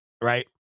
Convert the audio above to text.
right